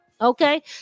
Okay